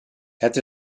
het